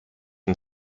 and